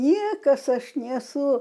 niekas aš nesu